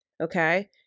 okay